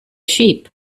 sheep